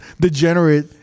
degenerate